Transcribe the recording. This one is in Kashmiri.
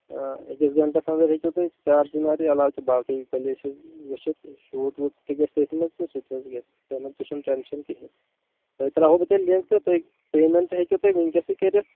أکِس گنٛٹس اَنٛدر ہیٚکِو تُہۍ چار چِنٲری علاقہٕ تہٕ باقٕے پِلیٚسز ؤچھِتھ شوٗٹ ووٗٹ تہِ گژھِ تٔتھۍ منٛز تہٕ سُہ تہِ حظ گژھِ چلو سُہ چھُ نہٕ ٹیٚنٛشن کِہیٖنٛۍ تُہۍ ترٛاوہو بہٕ تیٚلہِ ییٚتھۍ تہٕ تُہۍ پیٚمینٛٹ ہیٚکِو تُہۍ ؤنکیٚسٕے کٔرِتھ